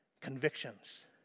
Convictions